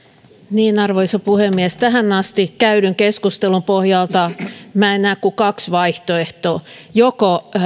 arvoisa puhemies tähän asti käydyn keskustelun pohjalta en näe kuin kaksi vaihtoehtoa joko